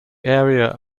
area